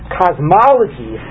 cosmology